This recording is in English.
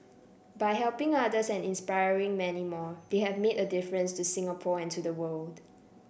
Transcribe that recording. by helping others and inspiring many more they have made a difference to Singapore and to the world